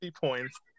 points